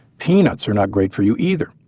peanuts are not great for your either.